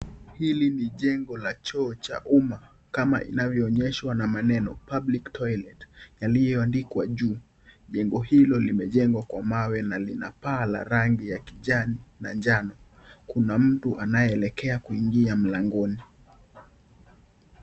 Hili ni jengo la choo cha uma kainavo onyesha maneno public toilet yalio andikwa juu. Jengo hilo limejengwa kwa mawe na lina paa la rangi ya kijani na njano, kuna mtu anaelekea kuingia mlangoni.